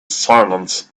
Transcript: silence